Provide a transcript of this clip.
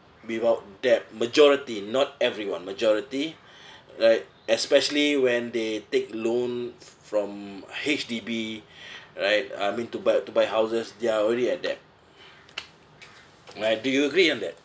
without debt majority not everyone majority right especially when they take loan from H_D_B right I mean to buy to buy houses they're already at debt right do you agree on that